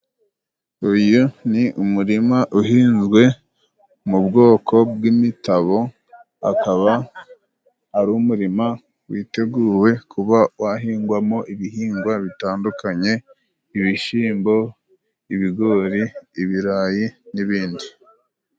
Uyu ni umurima uhinzwe mu bwoko bw'imitabo, akaba ari umurima witeguwe kuba wahingwamo ibihingwa bitandukanye: ibishyimbo, ibigori, ibirayi n'ibindi.